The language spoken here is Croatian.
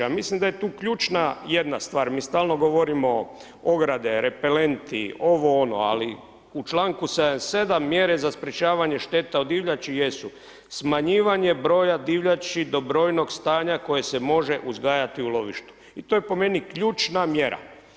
Ja mislim da je tu ključna jedna stvar, mi stalno govorimo ogade, repelenti, ovo ono, ali u članku 77. mjere za sprječavanje šteta od divljači jesu smanjivanje broja divljači do brojnog stanja koje se može uzgajati u lovištu i to je po meni ključna mjera.